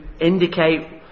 indicate